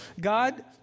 God